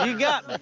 um got like